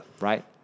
Right